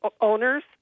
owners